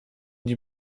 die